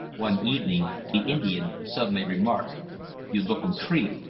one evening the indian suddenly remarked you look um tree.